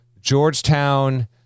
Georgetown